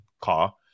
car